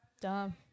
Dumb